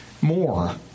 more